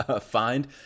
find